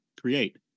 create